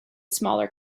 smaller